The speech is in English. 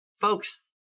Folks